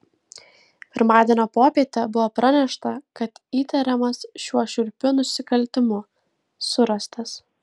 pirmadienio popietę buvo pranešta kad įtariamas šiuo šiurpiu nusikaltimu surastas